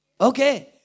Okay